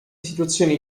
situazioni